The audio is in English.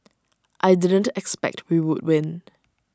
I didn't expect we would win